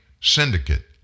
syndicate